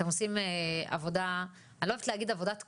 לא אוהבת להגיד שאתם עושים עבודת קודש,